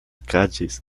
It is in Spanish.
calles